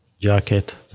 jacket